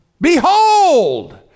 Behold